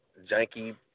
janky